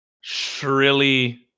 shrilly